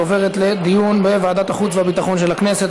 והיא עוברת לדיון בוועדת החוץ והביטחון של הכנסת.